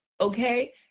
okay